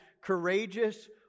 courageous